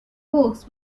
hoax